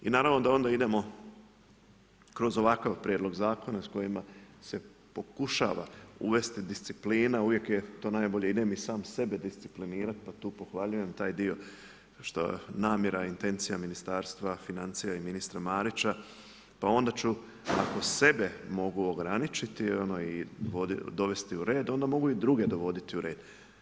I naravno da onda imamo kroz ovakav prijedlog zakona s kojima se pokušava uvesti disciplina uvijek je to najbolje, idem i sam sebi disciplinirati, pa tu pohvaljujem taj dio, što je namjera, intencija ministarstva financija i ministra Marića, pa onda ću, ako sebe mogu ograničiti i dovesti u red, onda mogu i druge dovesti u red.